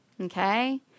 okay